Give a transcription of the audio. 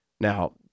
Now